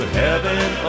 heaven